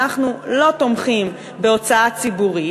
אנחנו לא תומכים בהוצאה ציבורית,